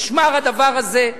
נשמר הדבר הזה,